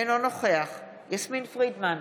אינו נוכח יסמין פרידמן,